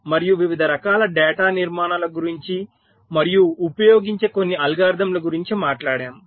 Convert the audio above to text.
మనము వివిధ రకాల డేటా నిర్మాణాల గురించి మరియు ఉపయోగించే కొన్ని అల్గోరిథంల గురించి మాట్లాడాము